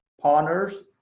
partners